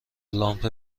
لامپ